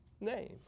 name